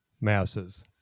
masses